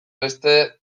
beste